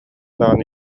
даҕаны